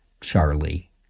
Charlie